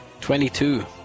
Twenty-two